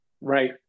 Right